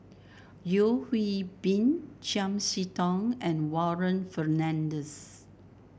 Yeo Hwee Bin Chiam See Tong and Warren Fernandez